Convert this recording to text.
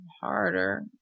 harder